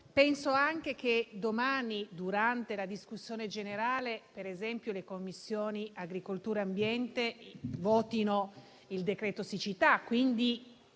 Penso anche che domani, durante la discussione generale, per esempio, le Commissioni agricoltura e ambiente possano votare il decreto siccità.